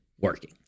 working